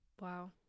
Wow